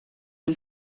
dem